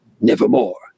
nevermore